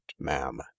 ma'am